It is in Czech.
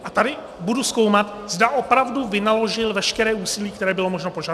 A tady budu zkoumat, zda opravdu vynaložil veškeré úsilí, které bylo možno požadovat.